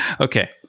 Okay